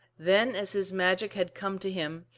then, as his magic had come to him,